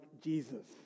Jesus